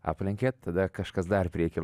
aplenkiat tada kažkas dar prieky